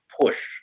push